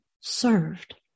served